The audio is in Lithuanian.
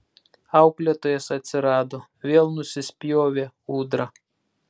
auklėtojas atsirado vėl nusispjovė ūdra